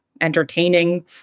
entertaining